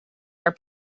are